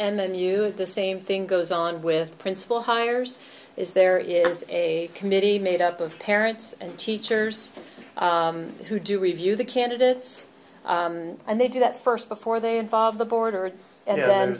nd then you at the same thing goes on with principal hires is there is a committee made up of parents and teachers who do review the candidates and they do that first before they involve the border and then